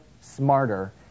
smarter